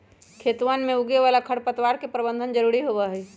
खेतवन में उगे वाला खरपतवार के प्रबंधन जरूरी होबा हई